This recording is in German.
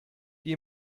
die